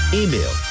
email